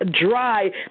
dry